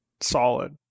Solid